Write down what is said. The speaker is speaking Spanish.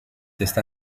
está